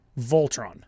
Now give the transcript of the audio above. Voltron